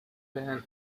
pan